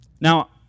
Now